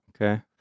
Okay